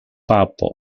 papo